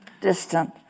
distant